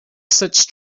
such